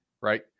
right